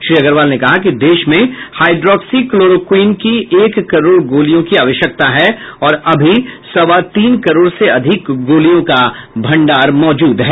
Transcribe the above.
श्री अग्रवाल ने कहा कि देश में हाइड्रोक्सी क्लोरोक्वीन की एक करोड़ गोलियों की आवश्यकता है और अभी सवा तीन करोड़ से अधिक गोलियों का भण्डार है